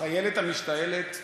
החיילת המשתעלת נענשה,